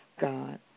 God